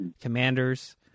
commanders